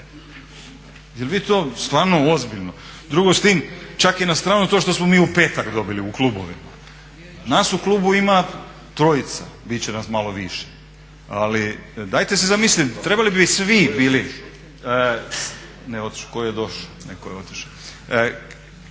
Jel vi to stvarno ozbiljno? Drugo s tim, čak i na stranu to što smo mi u petak dobili u klubovima, nas u klubu ima trojica, bit će nas malo više ali dajte se zamislite, trebali bi svi… … /Upadica se ne razumije./ … Trebamo